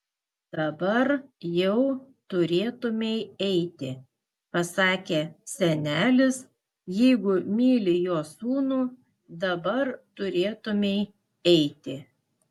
dabar jau turėtumei eiti pasakė senelis jeigu myli jo sūnų dabar turėtumei eiti